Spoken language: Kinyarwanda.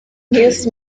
nils